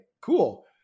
Cool